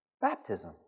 Baptism